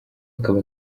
akaba